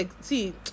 see